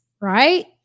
right